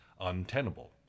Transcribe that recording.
untenable